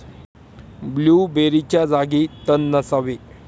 ब्लूबेरीच्या जागी तण नसावे